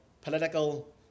political